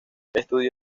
estudió